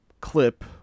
clip